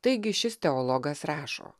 taigi šis teologas rašo